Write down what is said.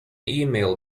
email